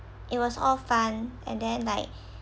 it was all fun and then like